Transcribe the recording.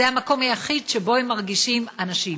זה המקום היחיד שבו הם מרגישים אנשים.